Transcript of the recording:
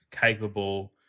capable